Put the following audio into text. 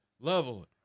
Level